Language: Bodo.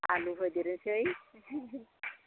आलु होदेरनोसै